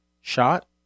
shot